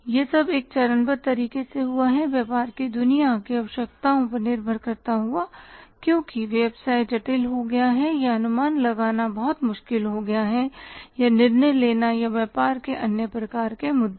यह सब एक चरणबद्ध तरीके से हुआ हैव्यापार की दुनिया की आवश्यकताओं पर निर्भर करता हुआ क्योंकि व्यवसाय जटिल हो गया है या अनुमान लगाना बहुत मुश्किल हो गया है या निर्णय लेना या व्यापार के अन्य प्रकार के मुद्दे